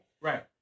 right